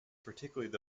particularly